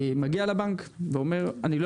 מגיע לבנק ואומר, אני לא